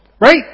Right